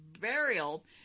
burial